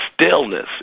stillness